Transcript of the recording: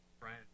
friend